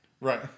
right